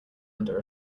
under